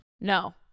No